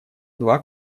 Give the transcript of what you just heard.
два